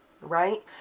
right